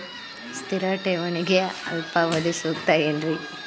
ಸ್ಥಿರ ಠೇವಣಿಗೆ ಅಲ್ಪಾವಧಿ ಸೂಕ್ತ ಏನ್ರಿ?